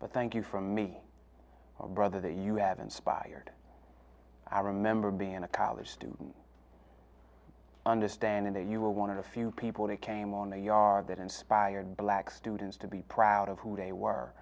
but thank you from me brother that you have inspired i remember being a college student understanding that you were one of the few people that came on a yard that inspired black students to be proud of who they were